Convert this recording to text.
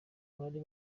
abari